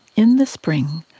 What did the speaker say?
in the spring,